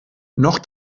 noch